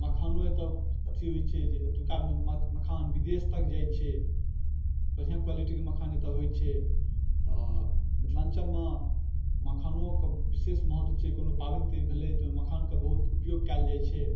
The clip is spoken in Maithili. मखानो एतौ अथी होइ छै जे एतुका मखान विदेश तक जाइ छै बढ़िआँ क्वालिटीके मखान एतऽ होइ छै तऽ मिथिलाञ्चलमे मखानोके विशेष महत्व छै कोनो पाबनि भेलै तऽ ओइमे मखानके बहुत उपयोग कयल जाइ छै